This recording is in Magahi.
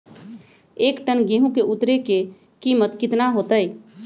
एक टन गेंहू के उतरे के कीमत कितना होतई?